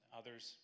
others